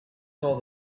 saw